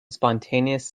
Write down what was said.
spontaneous